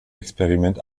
experiment